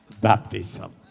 baptism